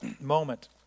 moment